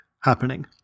happening